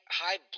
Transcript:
high